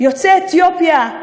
יוצא אתיופיה,